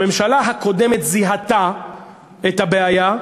הממשלה הקודמת זיהתה את הבעיה,